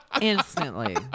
Instantly